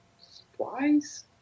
supplies